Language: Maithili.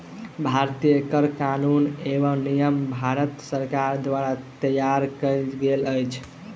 भारतीय कर कानून एवं नियम भारत सरकार द्वारा तैयार कयल गेल अछि